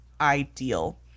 ideal